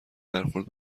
برخورد